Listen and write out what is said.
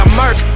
murk